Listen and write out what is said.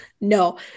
No